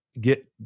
get